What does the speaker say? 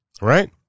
right